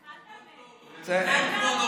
הכול טוב, אין כמו נורבגי בממשלה.